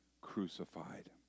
crucified